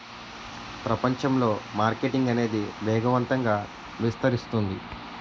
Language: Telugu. ప్రపంచంలో మార్కెటింగ్ అనేది వేగవంతంగా విస్తరిస్తుంది